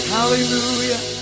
Hallelujah